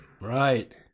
right